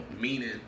Meaning